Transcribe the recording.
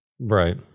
Right